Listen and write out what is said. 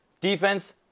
Defense